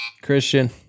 Christian